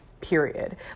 Period